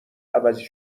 عوضی